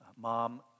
Mom